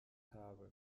habe